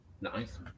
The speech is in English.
nice